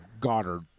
Goddard